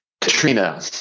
Katrina